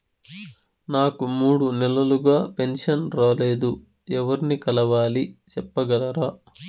నాకు మూడు నెలలుగా పెన్షన్ రాలేదు ఎవర్ని కలవాలి సెప్పగలరా?